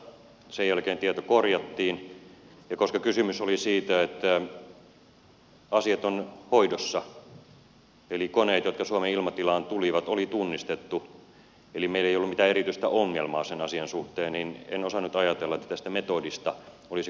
sen jälkeen tieto korjattiin ja koska kysymys oli siitä että asiat ovat hoidossa eli koneet jotka suomen ilmatilaan tulivat oli tunnistettu eli meillä ei ollut mitään erityistä ongelmaa sen asian suhteen niin en osannut ajatella että tästä metodista olisi koskaan kukaan ollut kiinnostunut